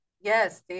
yes